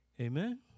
Amen